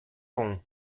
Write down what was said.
fûn